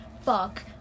fuck